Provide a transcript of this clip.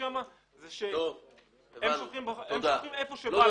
הם שופכים איפה שבא להם.